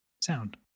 sound